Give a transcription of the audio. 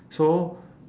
so